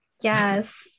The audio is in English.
yes